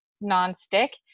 non-stick